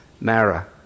Mara